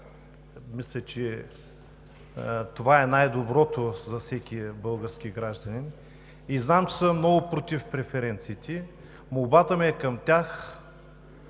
мисля, че това е най доброто за всеки български гражданин. Знам, че са много против преференциите. Молбата ми е към тях,